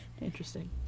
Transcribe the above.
Interesting